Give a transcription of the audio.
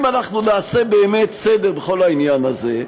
אם אנחנו נעשה באמת סדר בכל העניין הזה,